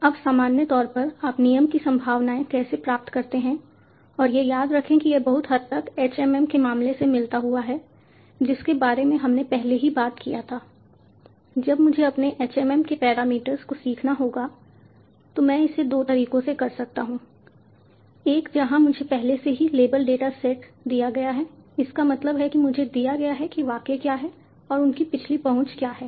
अब सामान्य तौर पर आप नियम की संभावनाएँ कैसे प्राप्त करते हैं और यह याद रखें कि यह बहुत हद तक HMM के मामले से मिलता हुआ है जिसके बारे में हमने पहले ही बात किया था जब मुझे अपने HMM के पैरामीटर्स को सीखना होगा तो मैं इसे 2 तरीकों से कर सकता हूँ एक जहां मुझे पहले से ही लेबल डेटासेट दिया गया है इसका मतलब है मुझे दिया गया है कि वाक्य क्या हैं और उनकी पिछली पहुंच क्या है